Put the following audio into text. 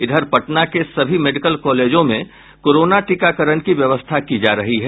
इधर पटना के सभी मेडिकल कॉलेजों में कोरोना टीकाकरण की व्यवस्था की जा रही है